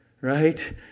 right